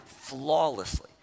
flawlessly